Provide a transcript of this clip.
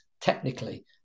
technically